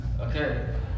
Okay